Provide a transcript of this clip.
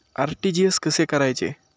RTGS कसे करायचे?